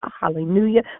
hallelujah